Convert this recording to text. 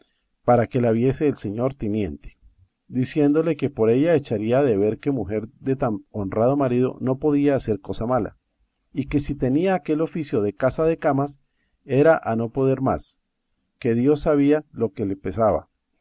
para que la viese el señor tiniente diciéndole que por ella echaría de ver que mujer de tan honrado marido no podía hacer cosa mala y que si tenía aquel oficio de casa de camas era a no poder más que dios sabía lo que le pesaba